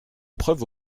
preuve